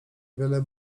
wiele